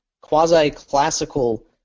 quasi-classical